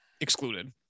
excluded